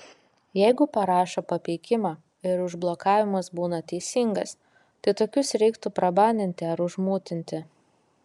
jeigu parašo papeikimą ir užblokavimas būna teisingas tai tokius reiktų prabaninti ar užmutinti